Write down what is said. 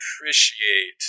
appreciate